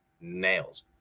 nails